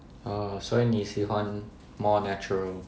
orh 所以你喜欢 more natural